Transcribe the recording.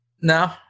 no